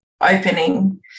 opening